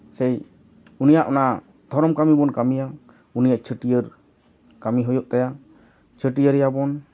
ᱥᱮ ᱩᱱᱤᱭᱟᱜ ᱚᱱᱟ ᱫᱷᱚᱨᱚᱢ ᱠᱟᱹᱢᱤ ᱵᱚᱱ ᱠᱟᱹᱢᱤᱭᱟ ᱩᱱᱤᱭᱟᱜ ᱪᱷᱟᱹᱴᱭᱟᱹᱨ ᱠᱟᱹᱢᱤ ᱦᱩᱭᱩᱜ ᱛᱟᱭᱟ ᱪᱷᱟᱹᱴᱭᱟᱹᱨ ᱮᱭᱟᱵᱚᱱ